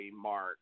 mark